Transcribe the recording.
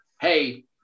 hey